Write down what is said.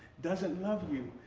doesn't love you!